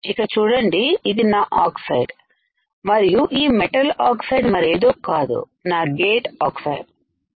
ఇక్కడ చూడండిఇదినాఆక్సైడ్మరియుఈ metal oxide మరేదో కాదు నా గేట్ ఆక్సైడ్l